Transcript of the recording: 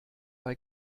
bei